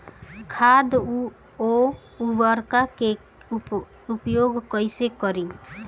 खाद व उर्वरक के उपयोग कइसे करी?